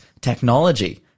technology